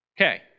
Okay